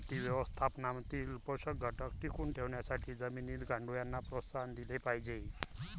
माती व्यवस्थापनातील पोषक घटक टिकवून ठेवण्यासाठी जमिनीत गांडुळांना प्रोत्साहन दिले पाहिजे